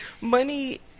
Money